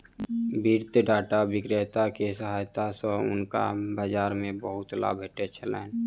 वित्तीय डेटा विक्रेता के सहायता सॅ हुनका बाजार मे बहुत लाभ भेटलैन